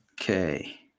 okay